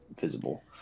visible